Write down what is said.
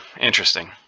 Interesting